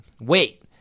Wait